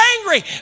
angry